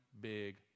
big